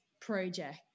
project